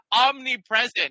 omnipresent